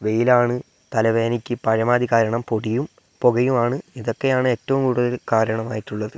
വെയിലാണ് തലവേദനയ്ക്ക് പരമാവധി കാരണം പൊടിയും പുകയുമാണ് ഇതൊക്കെയാണെറ്റവും കൂടുതൽ കാരണമായിട്ടുള്ളത്